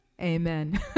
Amen